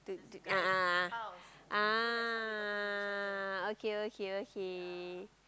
to to a'ah a'ah ah okay okay okay